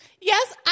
Yes